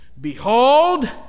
Behold